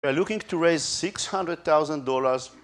We are looking to raise 600,000 dollars